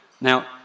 Now